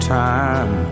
time